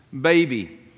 baby